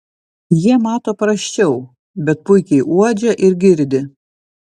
jie mato prasčiau bet puikiai uodžia ir girdi